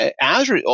Azure